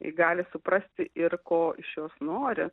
į gali suprasti ir ko iš jos nori